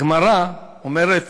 הגמרא אומרת,